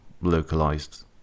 localized